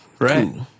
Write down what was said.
Right